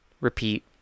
repeat